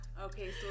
okay